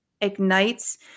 ignites